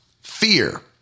fear